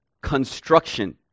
construction